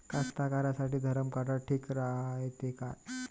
कास्तकाराइसाठी धरम काटा ठीक रायते का?